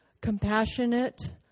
compassionate